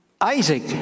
Isaac